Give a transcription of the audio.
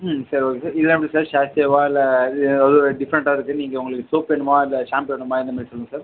ம் சரி okay sir இதெலாம் எப்படி சார் சாஷேவா இல்லை இது டிஃப்ரெண்ட்டாக இருக்குது நீங்கள் உங்களுக்கு சோப் வேணுமா இல்லை ஷாம்பு வேணுமா எந்த மாரி சொல்லுங்கள் சார்